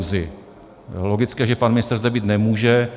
Je logické, že pan ministr zde být nemůže.